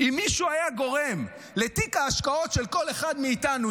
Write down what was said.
אם מישהו היה גורם לתיק ההשקעות של כל אחד מאיתנו,